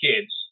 kids